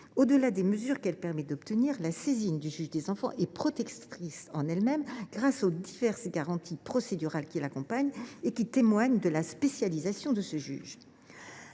au delà des mesures qu’elle permet d’obtenir, la saisine du juge des enfants est protectrice en elle même, grâce aux diverses garanties procédurales qui l’accompagnent et qui témoignent de la spécialisation de ce juge.